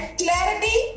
clarity